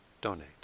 donate